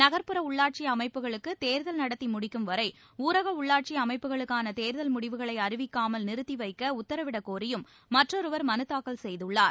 நகர்ப்புற உள்ளாட்சி அமைப்புகளுக்கு தேர்தல் நடத்தி முடிக்கும் வரை ஊரக உள்ளாட்சி அமைப்புகளுக்கான தேர்தல் முடிவுகளை அறிவிக்காமல் நிறுத்திவைக்க உத்தரவிடக் கோரியும் மற்றொருவர் மதைாக்கல் செய்துள்ளார்